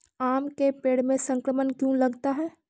आम के पेड़ में संक्रमण क्यों लगता है?